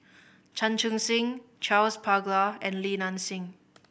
Chan Chun Sing Charles Paglar and Li Nanxing